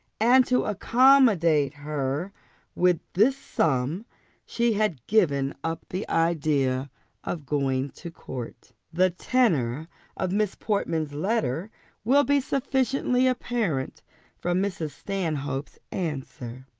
and to accommodate her with this sum she had given up the idea of going to court. the tenor of miss portman's letter will be sufficiently apparent from mrs. stanhope's answer.